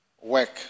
Work